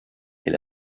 est